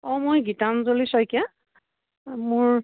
অঁ মই গীতাঞ্জলি শইকীয়া মোৰ